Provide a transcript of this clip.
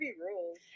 rules